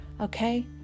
Okay